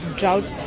drought